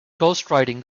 ghostwriting